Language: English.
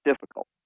difficult